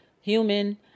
human